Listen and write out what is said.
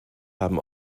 haben